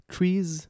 Trees